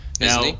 Now